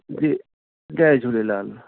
जी जय झूलेलाल